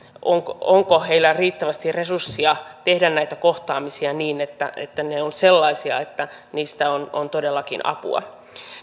onko onko heillä riittävästi resursseja tehdä näitä kohtaamisia niin että että ne ovat sellaisia että niistä on on todellakin apua